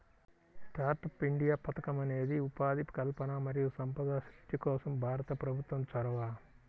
startup India పథకం అనేది ఉపాధి కల్పన మరియు సంపద సృష్టి కోసం భారత ప్రభుత్వం చొరవ